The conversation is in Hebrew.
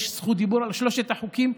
יש זכות דיבור על שלושת החוקים,